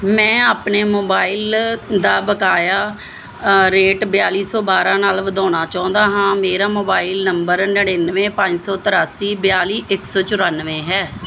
ਮੈਂ ਆਪਣੇ ਮੋਬਾਈਲ ਦਾ ਬਕਾਇਆ ਰੇਟ ਬਿਆਲੀ ਸੌ ਬਾਰ੍ਹਾਂ ਨਾਲ ਵਧਾਉਣਾ ਚਾਹੁੰਦਾ ਹਾਂ ਮੇਰਾ ਮੋਬਾਈਲ ਨੰਬਰ ਨੜਿੱਨਵੇਂ ਪੰਜ ਸੌ ਤ੍ਰਿਆਸੀ ਬਿਆਲੀ ਇੱਕ ਸੌ ਚੁਰਾਨਵੇਂ ਹੈ